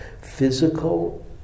physical